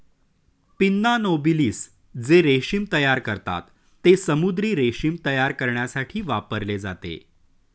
pinna nobilis जे रेशीम तयार करतात, ते समुद्री रेशीम तयार करण्यासाठी वापरले जाते